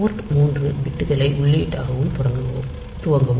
board 3 பிட்களை உள்ளீடாக துவங்கவும்